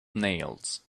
nails